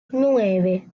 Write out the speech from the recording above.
nueve